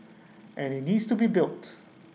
and IT needs to be built